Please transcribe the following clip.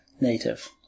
native